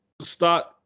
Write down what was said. start